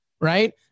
right